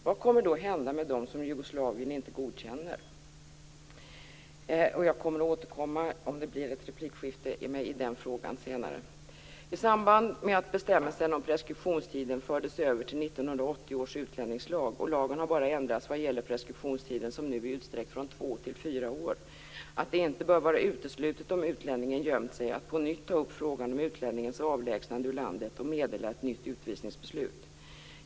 Vad kommer då att hända med dem som Jugoslavien inte godkänner? Jag återkommer senare i debatten om det blir fler inlägg i den frågan. I samband med att bestämmelsen om preskriptionstiden fördes över till 1980 års utlänningslag har lagen bara ändrats vad gäller preskriptionstiden, som nu är utsträckt från två till fyra år. Det bör inte vara uteslutet att, om utlänningen gömt sig, på nytt ta upp frågan om utlänningens avlägsnande ur landet och meddela ett nytt utvisningsbeslut.